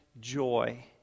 joy